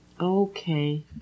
Okay